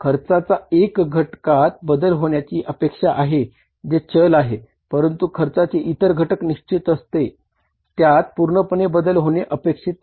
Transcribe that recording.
खर्चाचा एका घटकात बदल होण्याची अपेक्षा आहे जे चल आहे परंतु खर्चाचे इतर घटक निशचित असते त्यात पूर्णपणे बदल होणे अपेक्षित नाही